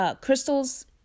Crystals